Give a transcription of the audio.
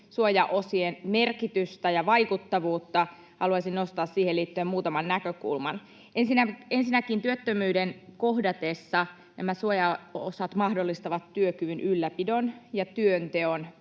suojaosien merkitystä ja vaikuttavuutta. Haluaisin nostaa siihen liittyen muutaman näkökulman. Ensinnäkin työttömyyden kohdatessa nämä suojaosat mahdollistavat työkyvyn ylläpidon ja työnteon